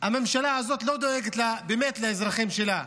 הממשלה הזאת לא דואגת לאזרחים שלה,